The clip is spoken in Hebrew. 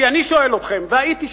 כי, אני שואל אתכם, והייתי שם,